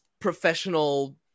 professional